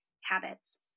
habits